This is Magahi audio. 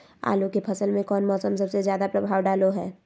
आलू के फसल में कौन मौसम सबसे ज्यादा प्रभाव डालो हय?